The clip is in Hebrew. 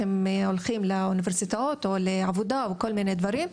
כשהם הולכים לאוניברסיטאות או לעבודה או כל מיני דברים,